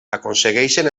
aconsegueixen